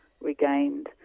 regained